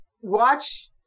Watch